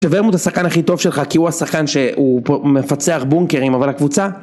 שוורמוט הוא השחקן הכי טוב שלך כי הוא השחקן שהוא מפצח בונקרים אבל הקבוצה